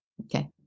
Okay